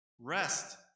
Rest